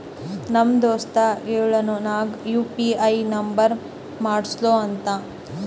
ನಮ್ ದೋಸ್ತ ಹೇಳುನು ನಂಗ್ ಯು ಪಿ ಐ ನುಂಬರ್ ಮಾಡುಸ್ಗೊ ಅಂತ